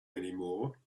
anymore